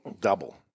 double